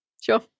Sure